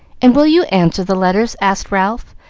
and will you answer the letters? asked ralph,